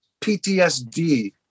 PTSD